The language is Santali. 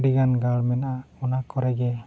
ᱟᱹᱰᱤ ᱜᱟᱱ ᱜᱟᱲ ᱢᱮᱱᱟᱜᱼᱟ ᱚᱱᱟ ᱠᱚᱨᱮ ᱜᱮ